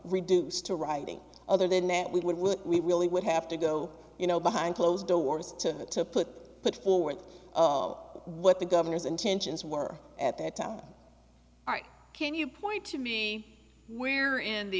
reduced to writing other than that we would we really would have to go you know behind closed doors to put put forward what the governor's intentions were at that time can you point to me where in the